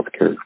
healthcare